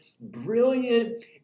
brilliant